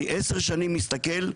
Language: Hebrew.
אני עשר שנים מסתכל,